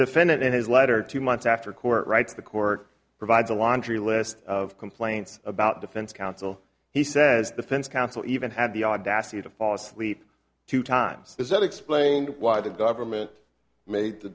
defendant and his letter two months after court writes the court provides a laundry list of complaints about defense counsel he says the fence counsel even had the audacity to fall asleep two times is that explained why the government made the